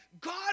God